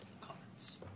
Comments